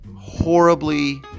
horribly